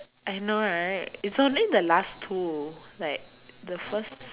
I know right it's only the last two like the first